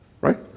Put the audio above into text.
right